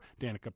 Danica